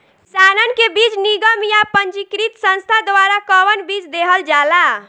किसानन के बीज निगम या पंजीकृत संस्था द्वारा कवन बीज देहल जाला?